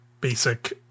basic